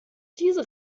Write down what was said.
diese